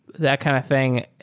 that kind of thing,